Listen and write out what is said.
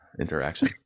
interaction